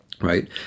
right